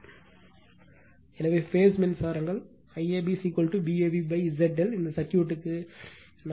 எனவே பேஸ் மின்சாரங்கள்IAB VabZ ∆ இந்த சர்க்யூட்க்கு வந்தால் IAB Vab Z ∆